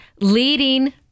leading